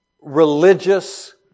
religious